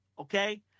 Okay